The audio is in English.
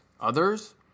others